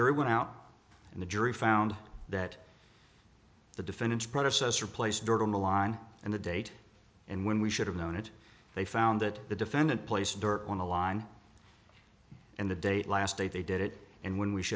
jury went out and the jury found that the defendant's predecessor placed dirt on the line and the date and when we should have known it they found that the defendant place dirt on the line and the date last day they did it and when we